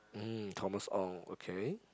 mm Thomas-Ong okay